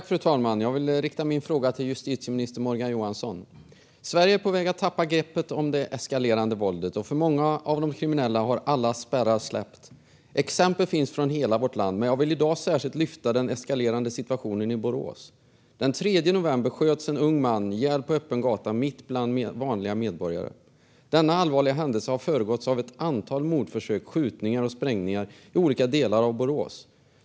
Fru talman! Jag vill rikta min fråga till justitieminister Morgan Johansson. Sverige är på väg att tappa greppet om det eskalerande våldet, och för många av de kriminella har alla spärrar släppt. Exempel finns från hela vårt land, men jag vill i dag särskilt lyfta fram den eskalerande situationen i Borås. Den 3 november sköts en ung man ihjäl på öppen gata mitt bland vanliga medborgare. Denna allvarliga händelse har föregåtts av ett antal mordförsök, skjutningar och sprängningar i olika delar av Borås.